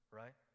right